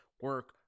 Work